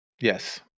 Yes